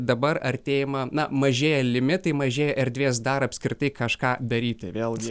dabar artėjama na mažėja limitai mažėja erdvės dar apskritai kažką daryti vėlgi